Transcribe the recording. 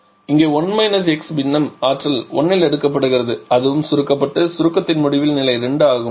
இங்கே பின்னம் ஆற்றல் 1 இல் எடுக்கப்படுகிறது அதுவும் சுருக்கப்பட்டு சுருக்கத்தின் முடிவில் நிலை 2 ஆகும்